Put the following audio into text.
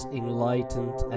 enlightened